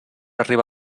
arriba